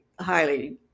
highly